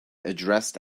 addressed